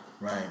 Right